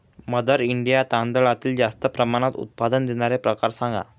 mother India तांदळातील जास्त प्रमाणात उत्पादन देणारे प्रकार सांगा